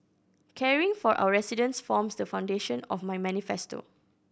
caring for our residents forms the foundation of my manifesto